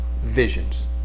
visions